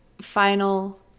final